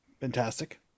Fantastic